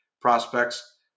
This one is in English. prospects